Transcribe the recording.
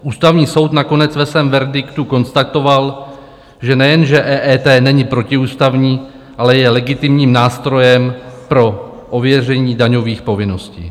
Ústavní soud nakonec ve svém verdiktu konstatoval, že nejenže EET není protiústavní, ale je legitimním nástrojem pro ověření daňových povinností.